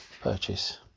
purchase